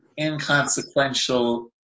inconsequential